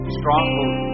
stronghold